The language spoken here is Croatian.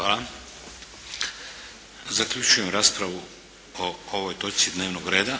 Hvala. Zaključujem raspravu o ovoj točci dnevnog reda.